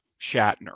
Shatner